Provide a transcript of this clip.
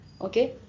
Okay